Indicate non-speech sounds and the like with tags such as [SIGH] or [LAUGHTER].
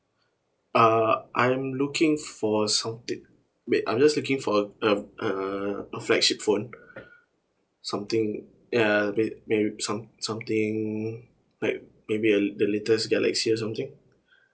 uh I'm looking for something b~ I'm just looking for a a a flagship phone [BREATH] something ya may~ maybe some~ something like maybe a la~ the latest galaxy or something [BREATH]